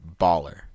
baller